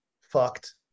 fucked